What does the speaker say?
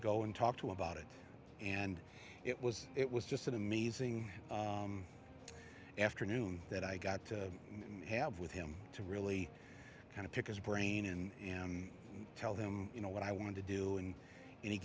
go and talk to about it and it was it was just an amazing afternoon that i got to have with him to really kind of pick his brain and tell him you know what i want to do and